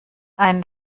einen